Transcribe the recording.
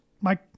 Mike